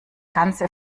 ganze